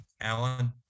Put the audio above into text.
Alan